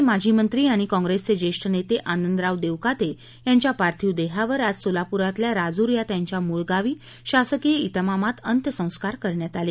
राज्याचे माजी मंत्री आणि काँग्रेसचे जेष्ठ नेते आनंदराव देवकाते यांच्या पार्थिव देहावर आज सोलापूरातल्या राजूर या त्यांच्या मळ गावी शासकीय विमामात अंत्यसंस्कार करण्यात आले